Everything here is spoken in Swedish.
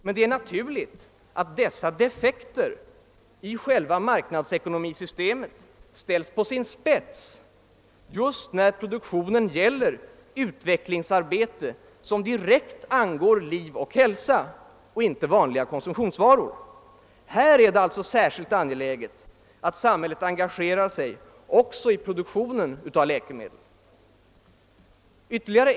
Men det är självklart att dessa defekter i själva marknadsekonomisystemet ställs på sin spets just när produktionen gäller utvecklingsarbete som direkt angår liv och hälsa och inte vanliga konsumtionsvaror. Här är det alltså särskilt angeläget att samhället engagerar sig också i produktionsledet.